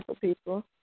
people